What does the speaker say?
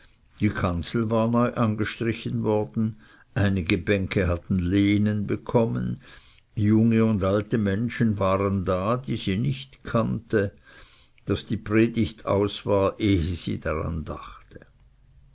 die kanzel war neu angestrichen worden einige bänke hatten lehnen bekommen junge und alte menschen waren da die sie nicht kannte daß die predigt aus war ehe sie daran dachte